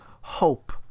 hope